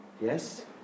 Yes